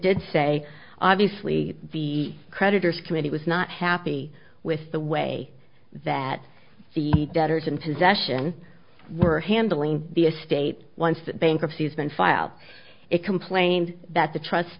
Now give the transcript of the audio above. did say obviously the creditors committee was not happy with the way that the debtors and possession were handling the est once the bankruptcy has been filed it complained that the trust